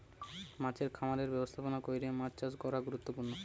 মাছের খামারের ব্যবস্থাপনা কইরে মাছ চাষ করা গুরুত্বপূর্ণ